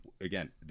again